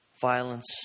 violence